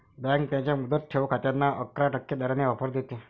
bank त्यांच्या मुदत ठेव खात्यांना अकरा टक्के दराने ऑफर देते